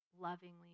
lovingly